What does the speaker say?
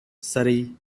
surrey